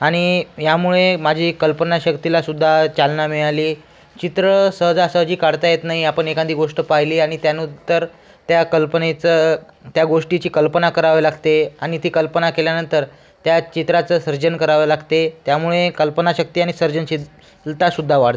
आणि ह्यामुळे माझी कल्पनाशक्तीला सुद्धा चालना मिळाली चित्र सहजासहजी काढता येत नाही आपण एखादी गोष्ट पाहिली आणि त्यानंतर त्या कल्पनेचं त्या गोष्टीची कल्पना करावी लागते आणि ती कल्पना केल्यानंतर त्या चित्राचं सर्जन करावं लागते त्यामुळे कल्पनाशक्ती आणि सर्जनश् शीलता सुद्धा वाढते